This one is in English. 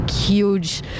huge